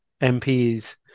MPs